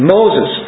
Moses